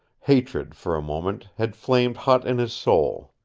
hatred, for a moment, had flamed hot in his soul.